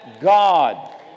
God